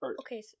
Okay